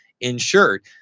insured